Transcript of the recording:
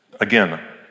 again